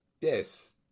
Yes